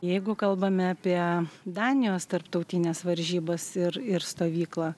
jeigu kalbame apie danijos tarptautines varžybas ir ir stovyklą